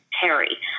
Terry